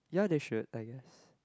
ya they should I guess